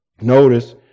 Notice